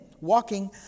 walking